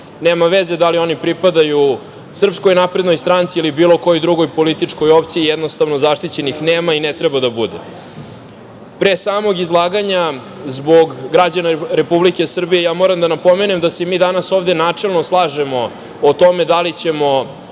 Nema veze da li oni pripadaju SNS ili bilo kojoj drugoj političkoj opciji, jednostavno zaštićenih nema i ne treba da bude. Pre samog izlaganja, zbog građana Republike Srbije, ja moram da napomenem da se mi danas ovde načelno slažemo o tome da li ćemo